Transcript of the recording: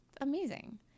amazing